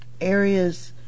areas